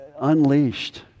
unleashed